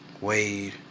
Wade